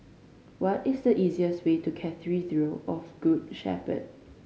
what is the easiest way to Cathedral zero of Good Shepherd